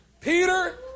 Peter